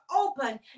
open